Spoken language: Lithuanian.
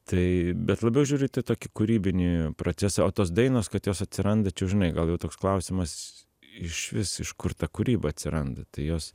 tai bet labiau žiūriu į tai tokį kūrybinį procesą o tos dainos kad jos atsiranda čia jau žinai gal jau toks klausimas išvis iš kur ta kūryba atsiranda tai jos